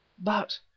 But—